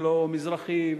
ולא מזרחי,